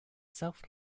self